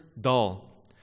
dull